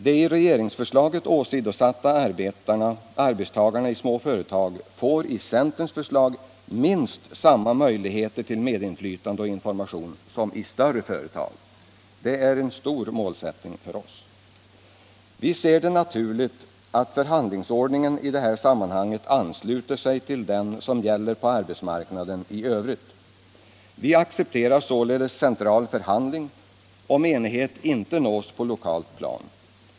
De i regeringsförslaget åsidosatta arbetstagarna i små företag får i centerns förslag minst samma möjligheter till medinflytande och information som i större företag. Det är en viktig målsättning för oss. Vi ser det som naturligt att förhandlingsordningen i det här sammanhanget ansluter sig till den som gäller på arbetsmarknaden i övrigt. Vi accepterar således central förhandling om enighet inte nås på lokalt plan.